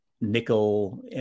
nickel